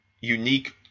unique